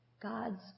God's